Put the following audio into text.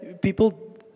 people